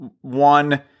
One